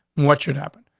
what should happen?